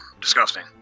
disgusting